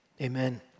amen